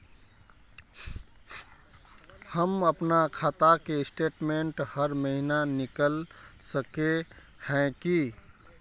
हम अपना खाता के स्टेटमेंट हर महीना निकल सके है की?